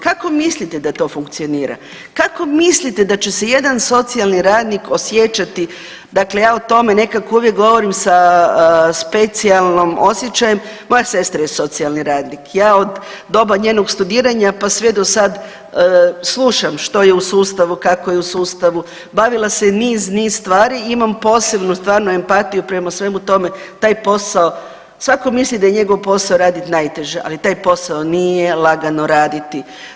Kako mislite da to funkcionira, kako mislite da će se jedan socijalni radnik osjećati dakle ja o tome nekako uvijek govorim sa specijalnim osjećajem, moja sestra je socijalni radnik, ja od doba njenog studiranja, pa sve do sad slušam što je u sustavu, kako je u sustavu, bavila se niz, niz stvari, imamo posebnu stvarno empatiju prema svemu tome, taj posao, svako misli da je njegov posao radit najteže, ali taj posao nije lagano raditi.